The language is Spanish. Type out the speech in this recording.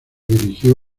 dirigió